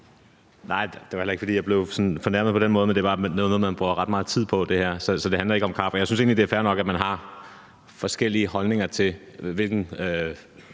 Nej, det var heller ikke, fordi jeg blev sådan fornærmet på den måde, men det her er noget, man bruger ret meget tid på, så det handler ikke om kaffe. Og jeg synes egentlig, det er fair nok, at man har forskellige holdninger til, hvorfor